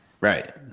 Right